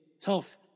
tough